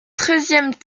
treizième